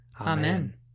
Amen